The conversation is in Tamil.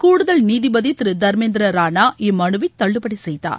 கூடுதல் நீதிபதி திரு தர்மேந்திர ராணா இம்மனுவை தள்ளுபடி செய்தார்